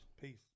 Peace